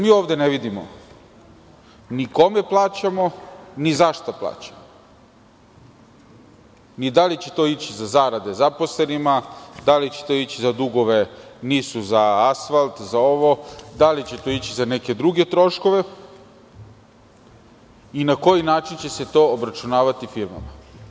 Mi ovde ne vidimo ni kome plaćamo, ni zašto plaćamo, ni da li će to ići za zarade zaposlenima, da li će to ići za dugove NIS-u za asfalt, za ovo, da li će to ići za neke druge troškove, i na koji način će se to obračunavati firmama.